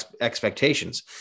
expectations